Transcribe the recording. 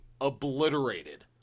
obliterated